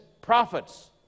prophets